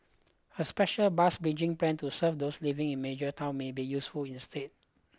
a special bus bridging plan to serve those living in major towns may be useful instead